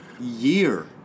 year